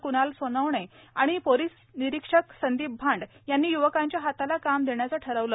कृणाल सोनवाने आणि पोलिस निरीक्षक संदीप भांड यांनी यूवकांच्या हाताला काम देण्याचे ठरविले